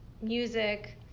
music